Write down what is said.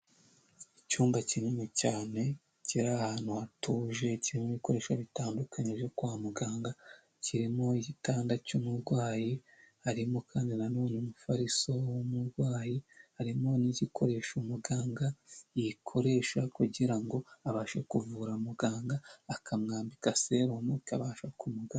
Icyumba kinini cyane kiri ahantu hatuje kirimo ibikoresho bitandukanye byo kwa muganga kirimo igitanda cy'umurwayi harimo kandi nanone umufariso w'umurwayi, harimo n'igikoresho umuganga yikoresha kugira ngo abashe kuvura, muganga akamwambika serumu ikabasha kumuganga.